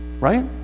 right